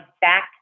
back